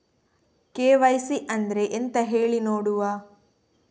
KYC ಅಂದ್ರೆ ಎಂತ ಹೇಳಿ ನೋಡುವ?